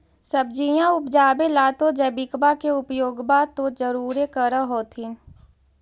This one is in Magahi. सब्जिया उपजाबे ला तो जैबिकबा के उपयोग्बा तो जरुरे कर होथिं?